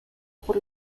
por